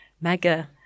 mega